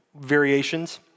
variations